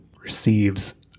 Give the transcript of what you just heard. receives